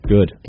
Good